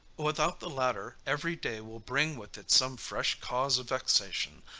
without the latter, every day will bring with it some fresh cause of vexation,